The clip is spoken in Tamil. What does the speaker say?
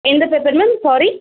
எந்த பேப்பர் மேம் சாரி